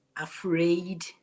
afraid